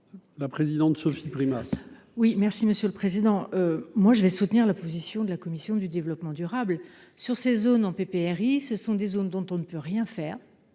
La présidente Sophie Primas. Oui, merci Monsieur le Président, moi je vais soutenir la position de la commission du développement durable sur ces zones en PPRI, ce sont des zones dont on ne peut rien faire,